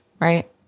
right